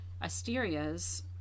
Asteria's